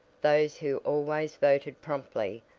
those who always voted promptly,